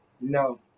No